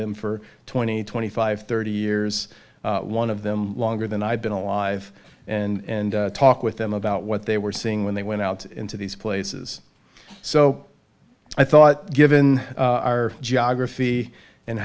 them for twenty twenty five thirty years one of them longer than i've been alive and talk with them about what they were seeing when they went out into these places so i thought given our geography and